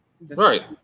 Right